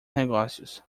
negócios